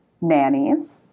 nannies